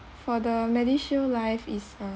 for the medishield life is uh